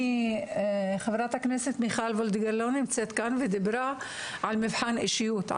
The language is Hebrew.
חברת הכנסת מיכל וולדיגר דיברה על מבחן אישיות,